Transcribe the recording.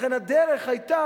לכן הדרך היתה,